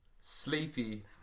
sleepy